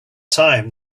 time